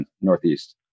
Northeast